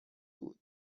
بود